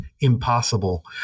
impossible